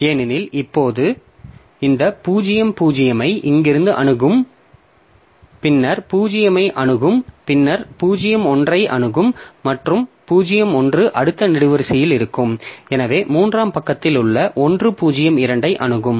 ஏனெனில் இப்போது இந்த 0 0 ஐ இங்கிருந்து அணுகும் பின்னர் 0 ஐ அணுகும் பின்னர் 0 1 ஐ அணுகும் மற்றும் 0 1 அடுத்த நெடுவரிசையில் இருக்கும் எனவே மூன்றாம் பக்கத்தில் உள்ள 1 0 2 ஐ அணுகும்